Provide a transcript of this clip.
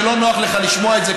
שלא נוח לך לשמוע את זה,